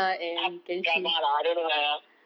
ap~ drama lah I don't know lah ya